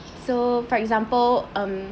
so for example um